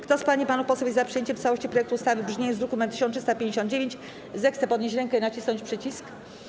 Kto z pań i panów posłów jest za przyjęciem w całości projektu ustawy w brzmieniu z druku nr 1359, zechce podnieść rękę i nacisnąć przycisk.